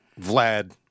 Vlad